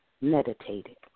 meditated